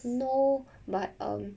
no but um